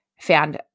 found